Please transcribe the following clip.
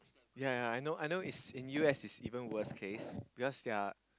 ya ya ya I know I know is in U_S is even worst case because their